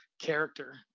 character